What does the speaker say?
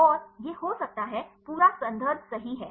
और यह हो सकता है पूरा संदर्भ सही है